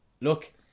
Look